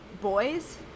boys